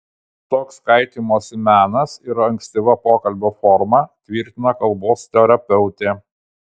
toks kaitymosi menas yra ankstyva pokalbio forma tvirtina kalbos terapeutė